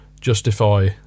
justify